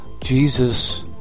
Jesus